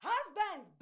Husband